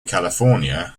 california